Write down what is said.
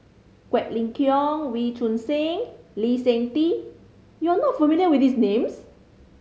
Quek Ling Kiong Wee Choon Seng Lee Seng Tee you are not familiar with these names